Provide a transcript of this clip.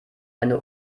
eine